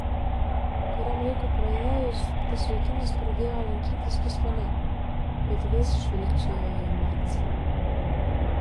kuriam laikui praėjus tas vaikinas pradėjo lankytis pas mane bet vis žvilgčiojo į marcę